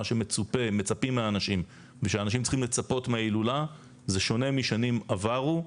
מה שמצפים מהאנשים ושהאנשים צריכים לצפות מההילולה זה שונה משנים עברו.